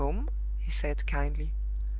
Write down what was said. he said, kindly.